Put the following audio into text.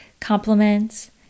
compliments